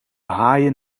haaien